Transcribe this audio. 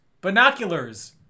Binoculars